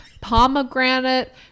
Pomegranate